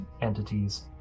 entities